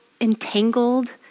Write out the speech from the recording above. entangled